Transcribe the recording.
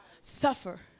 suffer